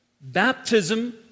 baptism